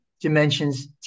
dimensions